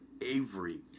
Avery